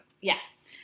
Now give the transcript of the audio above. yes